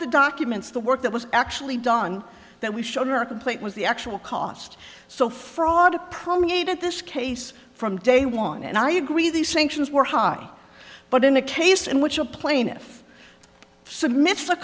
the documents the work that was actually done that we showed in our complaint was the actual cost so fraud permeated this case from day one and i agree these sanctions were high but in a case in which a plaintiff submit